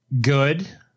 good